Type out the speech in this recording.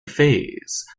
phase